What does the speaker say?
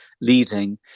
leading